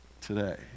Today